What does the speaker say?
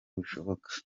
bushoboka